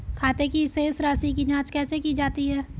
खाते की शेष राशी की जांच कैसे की जाती है?